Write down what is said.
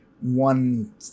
one